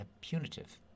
punitive